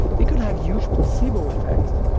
they could have huge placebo effects.